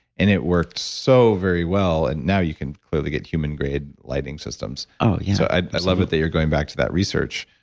and it worked so very well. and now you can clearly get human grade lighting systems oh, yeah i love that they are going back to that research,